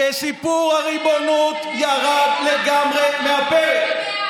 שסיפור הריבונות ירד לגמרי מהפרק.